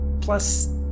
plus